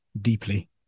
deeply